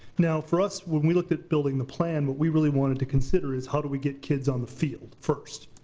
now for us, when we looked at building the plan, what but we really wanted to consider is how do we get kids on the field first.